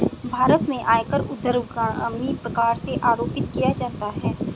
भारत में आयकर ऊर्ध्वगामी प्रकार से आरोपित किया जाता है